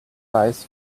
eyes